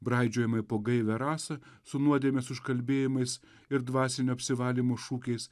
braidžiojimai po gaivią rasą su nuodėmės užkalbėjimais ir dvasinio apsivalymo šūkiais